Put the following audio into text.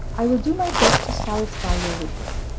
i will do my best to satisfy your wishes.